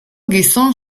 gizon